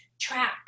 track